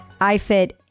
iFit